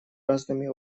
разными